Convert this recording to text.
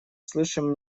слышим